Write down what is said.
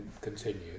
continue